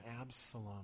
Absalom